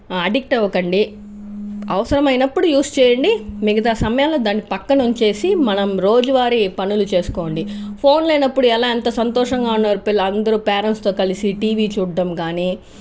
addict అవ్వకండి అవసరమైనప్పుడు use చేయండి మిగితా సమయంలో దాన్ని పక్కన ఉంచేసి మనం రోజువారి పనులు చేసుకోండి ఫోన్ లేనప్పుడు ఎలా ఏంత సంతోషంగా ఉన్నారో అందరు పేరెంట్స్తో కలసి ఉన్నారో టీవీ చూడడం కానీ